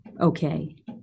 okay